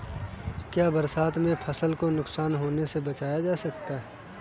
क्या बरसात में फसल को नुकसान होने से बचाया जा सकता है?